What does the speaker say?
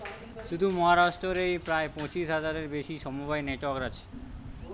শুধু মহারাষ্ট্র রেই প্রায় পঁচিশ হাজারের বেশি সমবায় নেটওয়ার্ক আছে